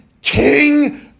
king